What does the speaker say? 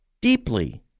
deeply